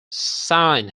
sign